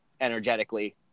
energetically